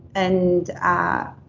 and ah